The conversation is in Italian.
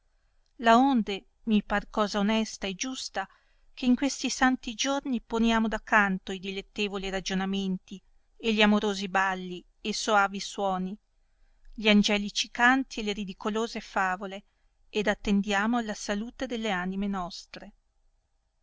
errori laonde mi par cosa onesti e giusta che in questi santi giorni poniamo da canto i dilettevoli ragionamenti e gli amorosi balli e soavi suoni gli angelici canti e le ridicolose favole ed attendiamo alla salute delle anime nostre